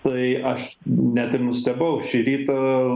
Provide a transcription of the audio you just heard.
tai aš net ir nustebau šį rytą